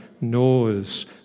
knows